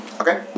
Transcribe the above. Okay